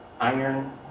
Iron